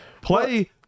play